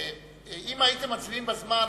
אם הייתם מצביעים בזמן,